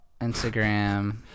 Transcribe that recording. Instagram